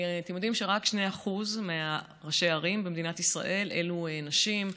אתם יודעים שרק 2% מראשי הערים במדינת ישראל הם נשים,